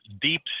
deep